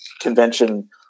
convention